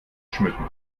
schmücken